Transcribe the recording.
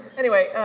anyway,